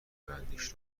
بندیش